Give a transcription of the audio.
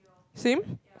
same